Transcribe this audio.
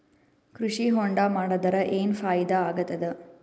ಕೃಷಿ ಹೊಂಡಾ ಮಾಡದರ ಏನ್ ಫಾಯಿದಾ ಆಗತದ?